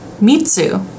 Mitsu